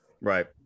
Right